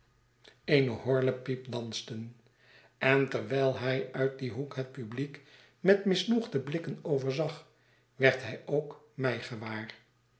eene horlepijp dansten en terwijl hij uit dien hoek het publiek met misnoegde blikken overzag werd hij ook mij